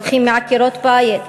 לוקחים מעקרות-בית,